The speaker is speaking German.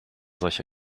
solche